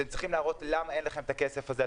אתם צריכים להראות למה אין לכם את הכסף הזה,